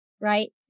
right